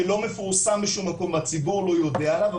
שלא מפורסם בשום מקום והציבור לא יודע עליו,